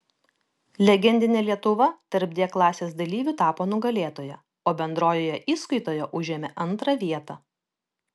legendinė lietuva tarp d klasės dalyvių tapo nugalėtoja o bendrojoje įskaitoje užėmė antrą vietą